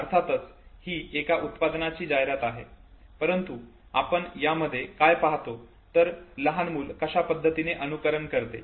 अर्थातच ही एका उत्पादनाची जाहिरात आहे परंतु आपण यामध्ये काय पाहतो तर लहान मूल कशा पद्धतीने अनुकरण करते